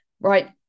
Right